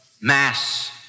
mass